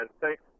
thanks